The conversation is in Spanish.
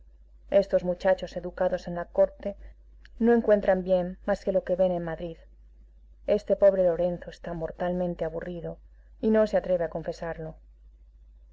estos muchachos educados en la corte no encuentran bien más que lo que ven en madrid este pobre lorenzo está mortalmente aburrido y no se atreve a confesarlo